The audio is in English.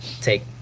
take